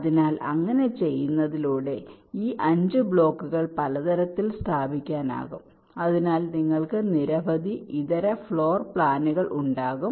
അതിനാൽ അങ്ങനെ ചെയ്യുന്നതിലൂടെ ഈ 5 ബ്ലോക്കുകൾ പല തരത്തിൽ സ്ഥാപിക്കാനാകും അതിനാൽ നിങ്ങൾക്ക് നിരവധി ഇതര ഫ്ലോർ പ്ലാനുകൾ ഉണ്ടാകും